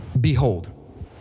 behold